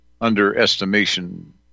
underestimation